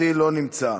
לא נמצא.